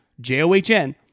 J-O-H-N